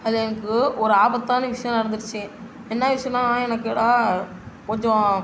அதில் எனக்கு ஒரு ஆபத்தான விஷயம் நடந்துடுச்சு என்ன விஷயனா எனக்கு ரா கொஞ்சம்